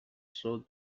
saw